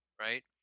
Right